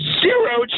zero